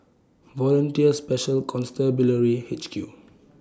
Volunteer Special Constabulary H Q